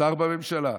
שר בממשלה,